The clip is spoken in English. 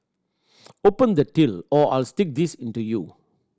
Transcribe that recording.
open the till or I'll stick this into you